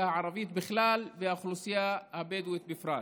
הערבית בכלל והאוכלוסייה הבדואית בפרט.